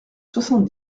soixante